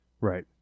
Right